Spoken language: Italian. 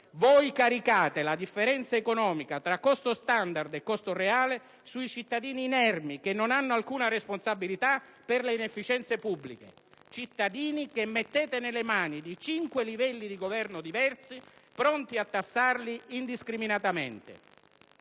Voi caricate la differenza economica tra costo standard e costo reale sui cittadini inermi, che non hanno alcuna responsabilità per le inefficienze pubbliche. Cittadini che mettete nelle mani di cinque livelli di governo diversi, pronti a tassarli indiscriminatamente.